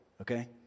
okay